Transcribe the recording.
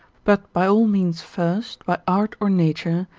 but by all means first, by art or nature,